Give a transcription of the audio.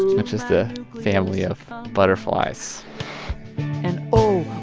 which is the family of butterflies and oh,